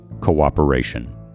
cooperation